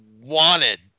wanted